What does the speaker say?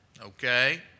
Okay